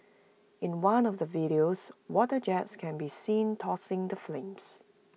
in one of the videos water jets can be seen dousing the flames